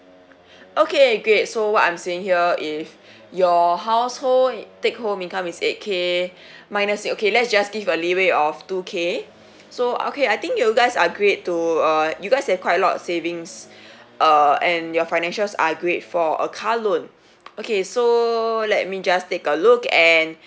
okay great so what I'm seeing here is your household take home income is eight K minus it okay let's just give a leeway of two K so okay I think you guys are great to uh you guys have quite lot of savings uh and your financials are great for a car loan okay so let me just take a look and